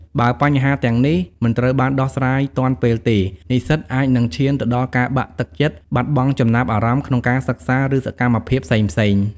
បើបញ្ហាទាំងនេះមិនត្រូវបានដោះស្រាយទាន់ពេលទេ និស្សិតអាចឈានទៅដល់ការបាក់ទឹកចិត្ត បាត់បង់ចំណាប់អារម្មណ៍ក្នុងការសិក្សា ឬសកម្មភាពផ្សេងៗ។